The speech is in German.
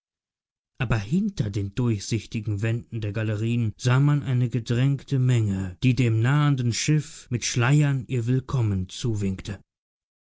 aber hinter den durchsichtigen wänden der galerien sah man eine gedrängte menge die dem nahenden schiff mit schleiern ihr willkommen zuwinkte